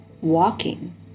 Walking